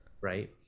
right